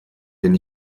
den